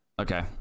Okay